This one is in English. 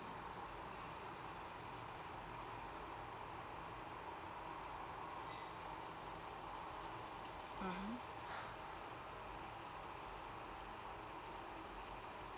mmhmm